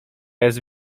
jest